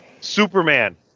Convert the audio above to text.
Superman